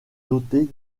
doté